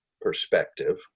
perspective